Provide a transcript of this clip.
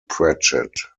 pratchett